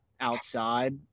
outside